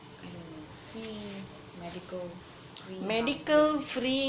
I don't know free medical free housing